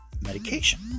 medication